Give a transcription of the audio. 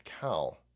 cow